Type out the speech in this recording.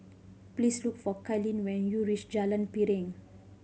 please look for Kaylin when you reach Jalan Piring